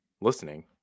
listening